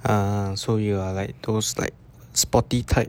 ah so you are like those like spotty type